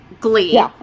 Glee